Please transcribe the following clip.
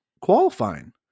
qualifying